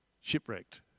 shipwrecked